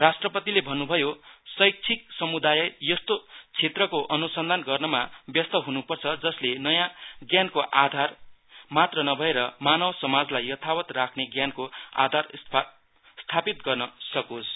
राष्ट्रपतिले भन्नुभयो शैक्षिक समुदाय यस्तो क्षेत्रको अनुसन्धान गर्नमा व्यस्त हुनुपर्छ जसले नयाँ ज्ञानको आधार मात्र नभएर मानव समाजलाई यथावत राख्ने ज्ञानको आधार स्थापित गर्न सकोस्